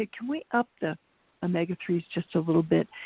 ah can we up the omega three s just a little bit?